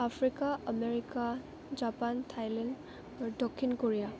Africa America Japan Thailand দক্ষিণ Korea